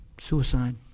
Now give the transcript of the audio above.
Suicide